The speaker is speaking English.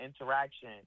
interaction